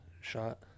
shot